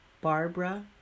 Barbara